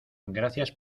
gracias